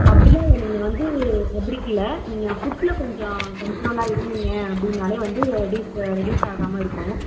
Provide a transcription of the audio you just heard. அப்படிலாம் இல்லை நீங்கள் வந்து இல்லை நீங்கள் ஃபுட்டில் கொஞ்சம் கண்ட்ரோல்லாக இருந்திங்க அப்படினாலே வந்து ரெடுயூஸு ரெடுயூஸாகாமல் இருக்கும்